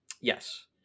Yes